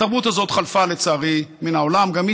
התרבות הזאת חלפה מן העולם, לצערי.